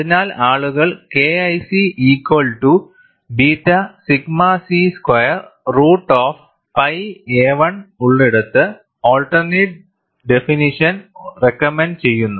അതിനാൽ ആളുകൾ KIC equal to beta sigma C square root of pi a 1 ഉള്ളിടത്ത് alternate definition recommend ചെയ്യുന്നു